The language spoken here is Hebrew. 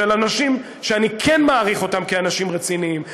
של אנשים שאני כן מעריך אותם כאנשים רציניים,